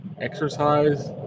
exercise